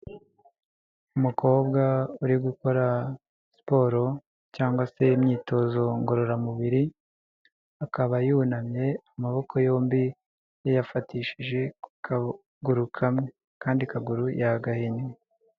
Umukobwa uri gukora siporo cyangwa se imyitozo ngororamubiri, akaba yunamye amaboko yombi yayafatishije ku kaguru kamwe akandi kaguru yagahinye.